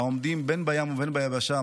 העומדים בין בים ובין ביבשה,